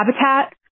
Habitat